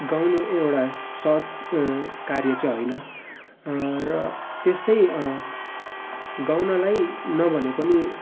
गाउनु एउटा सहज कार्य चाहिँ होइन र त्यस्तै गाउनलाई नभने पनि